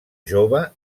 jove